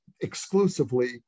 exclusively